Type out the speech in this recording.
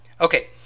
Okay